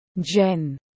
Jen